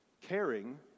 Caring